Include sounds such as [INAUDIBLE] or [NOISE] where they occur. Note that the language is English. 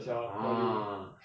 uh [BREATH]